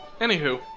anywho